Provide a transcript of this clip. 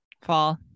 fall